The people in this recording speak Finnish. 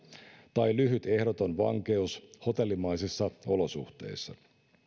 tai lyhyt ehdoton vankeus hotellimaisissa olosuhteissa